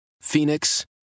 Phoenix